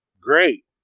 great